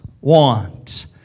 want